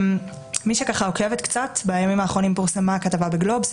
מי שעוקב קצת בימים האחרונים פורסמה כתבה ב"גלובס"